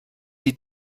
die